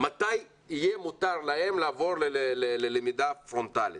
מתי יהיה מותר להן לעבור ללמידה פרונטלית,